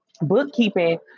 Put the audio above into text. bookkeeping